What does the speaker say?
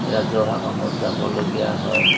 ৰাজহুৱা কামত যাবলগীয়া হয়